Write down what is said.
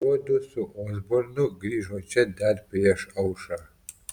juodu su osbornu grįžo čia dar prieš aušrą